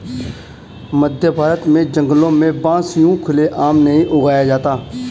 मध्यभारत के जंगलों में बांस यूं खुले आम नहीं उगाया जाता